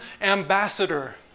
ambassador